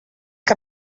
què